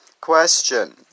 Question